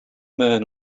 man